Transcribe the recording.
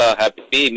happy